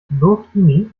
burkini